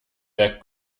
der